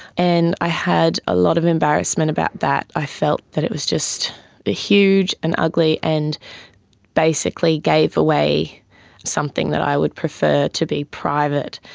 and i had a lot of embarrassment about that. i felt that it was just ah huge and ugly and basically gave away something that i would prefer to be private.